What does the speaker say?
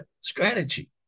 strategy